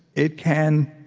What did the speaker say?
it can